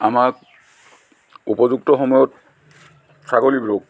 আমাক উপযুক্ত সময়ত ছাগলীবৰেও